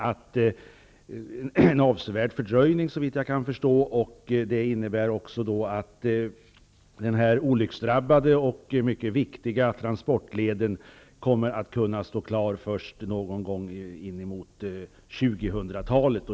Det innebär, såvitt jag förstår, en avsevärd fördröjning och att den här olycksdrabbade och mycket viktiga transportleden kommer att vara klar först framemot 2000-talet.